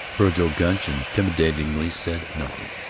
vergil gunch intimidatingly said nothing.